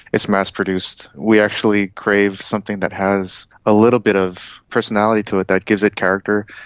it's mass produced, we actually crave something that has a little bit of personality to it, that gives it character,